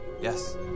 Yes